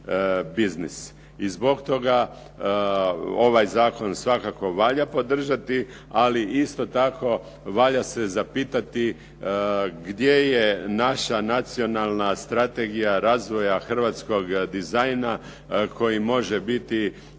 I zbog toga ovaj zakon valja podržati, ali isto tako valja se zapitati gdje je naša nacionalna strategija razvoja hrvatskog dizajna koji može biti